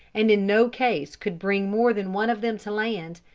and in no case could bring more than one of them to land